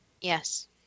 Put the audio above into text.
Yes